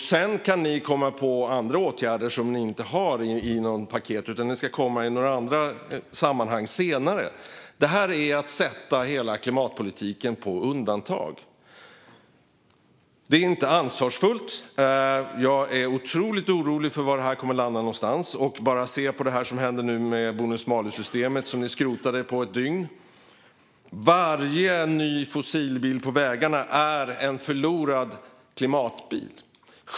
Sedan kan ni komma på andra åtgärder som ni inte har i något paket utan som ska komma i andra sammanhang senare. Det här är att sätta hela klimatpolitiken på undantag. Det är inte ansvarsfullt. Jag är otroligt orolig för var det kommer att landa. Bonus malus-systemet skrotade ni på ett dygn. Varje ny fossilbil på vägarna är en förlorad klimatbil.